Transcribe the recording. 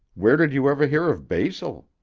where did you ever hear of basil?